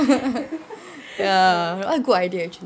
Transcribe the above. ya good idea actually